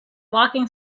walking